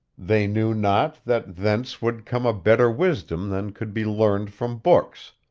they knew not that thence would come a better wisdom than could be learned from books,